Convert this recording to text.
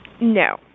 No